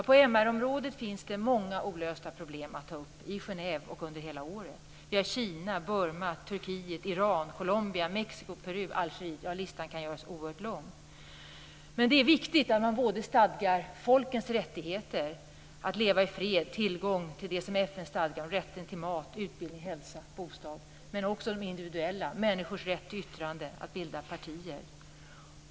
På MR-området finns det många olösta problem att ta upp i Genève och under hela året. Vi har Kina, Burma, Turkiet, Iran, Colombia, Mexiko, Peru, Algeriet. Listan kan göras oerhört lång. Det är viktigt att man stadgar både folkens rättigheter att leva i fred och att ha tillgång till det som FN stadgar om rätten till mat, utbildning, hälsa och bostad. Men också de individuella rättigheterna måste finnas med, människors rätt till yttrandefrihet och att bilda partier.